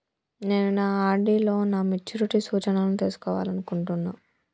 నేను నా ఆర్.డి లో నా మెచ్యూరిటీ సూచనలను తెలుసుకోవాలనుకుంటున్నా